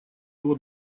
его